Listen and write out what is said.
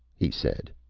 he said,